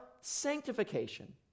sanctification